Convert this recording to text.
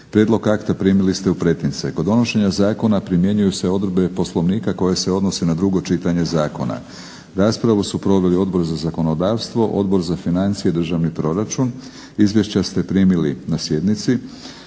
Prijedlog akta primili ste u pretince. Kod donošenja zakona primjenjuju se odredbe Poslovnika koje se odnose na drugo čitanje zakona. Raspravu su proveli Odbor za zakonodavstvo, Odbor za financije i državni proračun. Izvješća ste primili na sjednici.